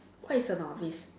what is a novice